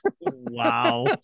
Wow